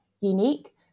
unique